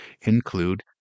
include